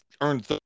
earned